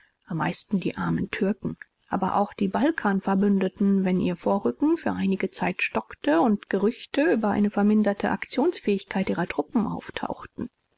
am meisten die armen türken aber auch die balkanverbündeten wenn ihr vorrücken für einige zeit stockte und gerüchte über eine verminderte aktionsfähigkeit ihrer truppen auftauchten